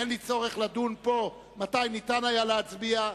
אין לי צורך לדון פה מתי ניתן היה להצביע.